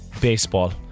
Baseball